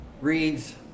reads